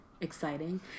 exciting